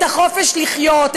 את החופש לחיות,